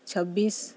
ᱪᱷᱟᱵᱵᱤᱥ